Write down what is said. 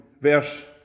verse